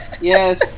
Yes